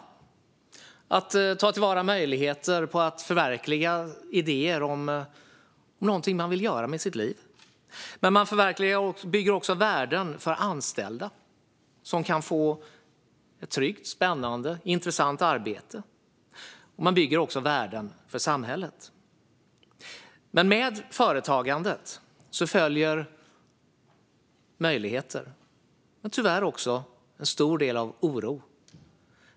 Man tar till vara möjligheter att förverkliga sina idéer och det man vill göra med sitt liv. Men man bygger också värden för de anställda, som kan få ett tryggt, spännande och intressant arbete. Man bygger också värden för samhället. Men med företagandet följer möjligheter och tyvärr också en stor del oro.